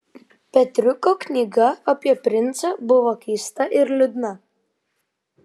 petriuko knyga apie princą buvo keista ir liūdna